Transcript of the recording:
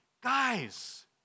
guys